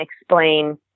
explain